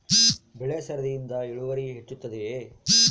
ಬೆಳೆ ಸರದಿಯಿಂದ ಇಳುವರಿ ಹೆಚ್ಚುತ್ತದೆಯೇ?